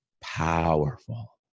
powerful